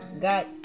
got